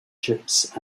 chips